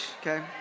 Okay